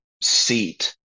seat